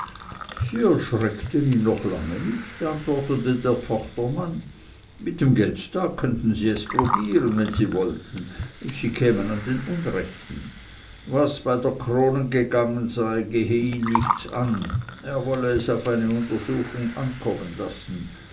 sie erschrecken ihn noch lange nicht antwortete der tochtermann mit dem geltstag könnten sie es probieren wenn sie wollten sie kämen an den unrechten was bei der krone gegangen sei gehe sie nichts an er wolle es auf eine untersuchung ankommen lassen